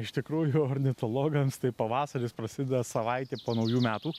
iš tikrųjų ornitologams tai pavasaris prasideda savaitė po naujų metų